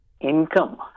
income